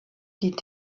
die